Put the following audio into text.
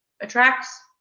attracts